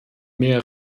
mehr